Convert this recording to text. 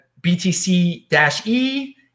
BTC-E